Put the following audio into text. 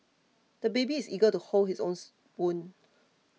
the baby is eager to hold his own spoon